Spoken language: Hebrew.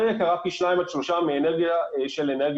יקרה פי שניים עד שלושה מאנרגיה מתחדשת.